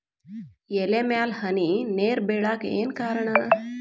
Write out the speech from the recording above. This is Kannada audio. ಎಲೆ ಮ್ಯಾಲ್ ಹನಿ ನೇರ್ ಬಿಳಾಕ್ ಏನು ಕಾರಣ?